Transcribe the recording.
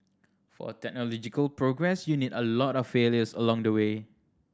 for technological progress you need a lot of failures along the way